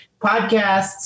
podcasts